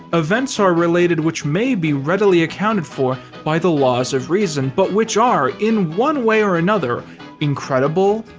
events are related which may be readily accounted for by the laws of reason but which are in one way or another incredible,